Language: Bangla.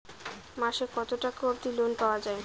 মাসে কত টাকা অবধি লোন পাওয়া য়ায়?